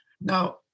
Now